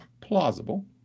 plausible